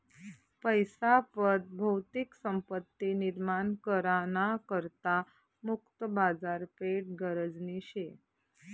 पैसा पत भौतिक संपत्ती निर्माण करा ना करता मुक्त बाजारपेठ गरजनी शे